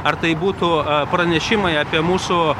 ar tai būtų pranešimai apie mūsų